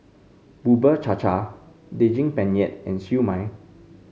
Bubur Cha Cha Daging Penyet and Siew Mai